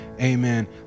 amen